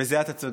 בזה אתה צודק.